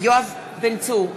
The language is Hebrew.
יואב בן צור,